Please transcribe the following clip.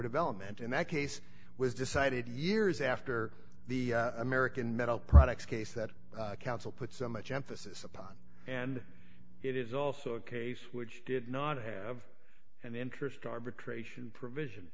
development in that case was decided years after the american metal products case that council put so much emphasis upon and it is also a case which did not have an interest arbitration provision